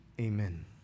Amen